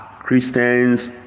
christians